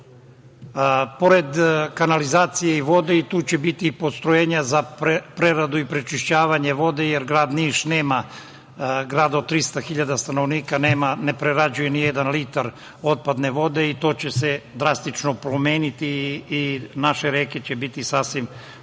pored kanalizacije i vode, i tu će biti postrojenja za preradu i prečišćavanje vode, jer grad Niš, grad od 300 hiljada stanovnika, ne prerađuje ni jedan litar otpadne vode i to će se drastično promeniti i naše reke će biti u sasvim drugačijem